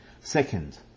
Second